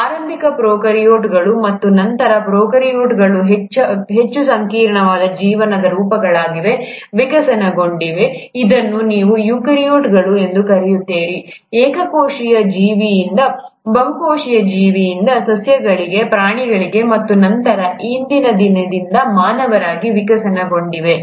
ಆರಂಭಿಕ ಪ್ರೊಕಾರ್ಯೋಟ್ಗಳು ಮತ್ತು ನಂತರ ಪ್ರೊಕಾರ್ಯೋಟ್ಗಳು ಹೆಚ್ಚು ಸಂಕೀರ್ಣವಾದ ಜೀವನದ ರೂಪಗಳಾಗಿ ವಿಕಸನಗೊಂಡಿವೆ ಇದನ್ನು ನೀವು ಯುಕ್ಯಾರಿಯೋಟ್ಗಳು ಎಂದು ಕರೆಯುತ್ತೀರಿ ಏಕಕೋಶೀಯ ಜೀವಿಯಿಂದ ಬಹು ಕೋಶೀಯ ಜೀವಿಯಿಂದ ಸಸ್ಯಗಳಿಗೆ ಪ್ರಾಣಿಗಳಿಗೆ ಮತ್ತು ನಂತರ ಇಂದಿನ ದಿನದ ಮಾನವಾರಾಗಿ ವಿಕಸನಗೊಂಡಿವೆ